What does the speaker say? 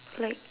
like